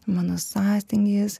mano sąstingis